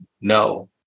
no